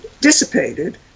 dissipated